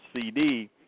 CD